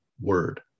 word